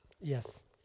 Yes